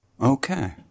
Okay